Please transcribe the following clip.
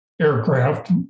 aircraft